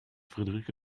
friederike